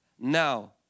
now